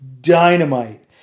Dynamite